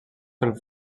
pel